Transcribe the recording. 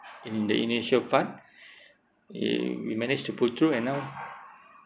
in the initial part uh we manage to pull through and now